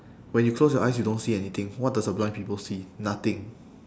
when you close your eyes you don't see anything what does a blind people see nothing